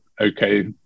okay